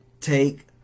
take